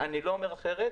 אני לא אומר אחרת,